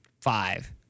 five